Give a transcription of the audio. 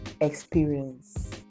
experience